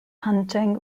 hunting